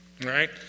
right